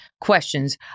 questions